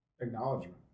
acknowledgement